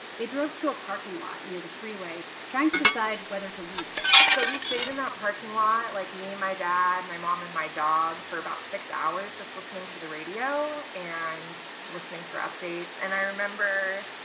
they drove to a parking lot near the freeway, trying to decide whether to leave so we stayed in that parking lot like, me, my dad, my mom and my dog for about six hours just listening to the radio and listening for updates. and i remember